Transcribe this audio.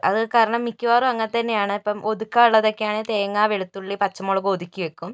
അതു കാരണം മിക്കവാറും അങ്ങനെ തന്നെയാണ് ഇപ്പോൾ ഒതുക്കാനുള്ളത് ഒക്കെ ആണെങ്കില് തേങ്ങ വെളുത്തുള്ളി പച്ചമുളക് ഒതുക്കി വയ്ക്കും